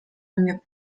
mnie